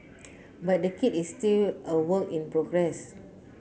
but the kit is still a work in progress